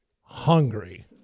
hungry